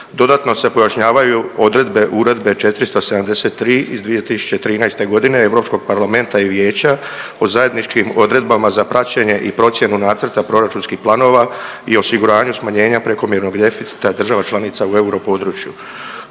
Dodatno se pojašnjavaju odredbe Uredbe 473 iz 2013. g. EU Parlamenta i Vijeća o zajedničkim odredbama za praćenje i procjenu nacrta proračunskih planova i osiguranju smanjenja prekomjernog deficita država članica u europodručju.